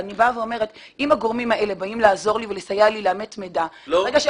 אם הגורמים האלה באים לסייע לי לאמת מידע -- לא.